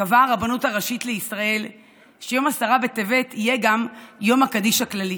קבעה הרבנות הראשית לישראל שיום עשרה בטבת יהיה יום הקדיש הכללי